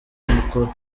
mukuru